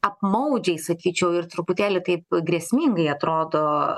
apmaudžiai sakyčiau ir truputėlį taip grėsmingai atrodo